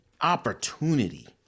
opportunity